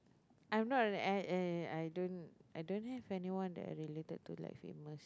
I'm not an a~ eh I don't I don't have anyone that are related to like famous